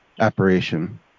operation